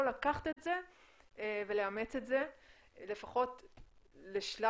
לקחת את זה ולאמץ את זה לפחות לשלב,